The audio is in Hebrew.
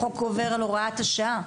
החוק גובר על הוראת השעה.